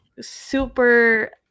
super